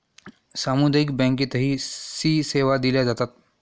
सामुदायिक बँकेतही सी सेवा दिल्या जातात